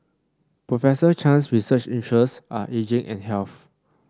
Professor Chan's research interests are ageing and health